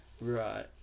Right